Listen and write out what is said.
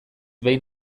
behin